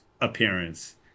appearance